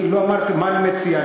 העלות לא אמרתי מה אני מציע.